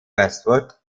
westwood